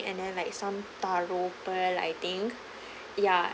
and then like some taro pearl I think ya